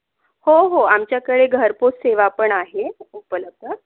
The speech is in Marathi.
हो हो आमच्याकडे घरपोच सेवा पण आहे उपलब्ध